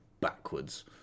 backwards